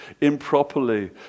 improperly